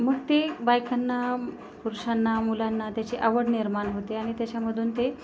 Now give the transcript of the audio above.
मग ते बायकांना पुरुषांना मुलांना त्याची आवड निर्माण होते आणि त्याच्यामधून ते